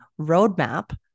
roadmap